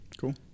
Cool